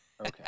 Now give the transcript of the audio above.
Okay